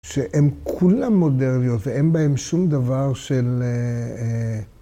שהן כולן מודרניות, ואין בהן שום דבר של...